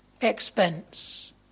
expense